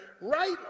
right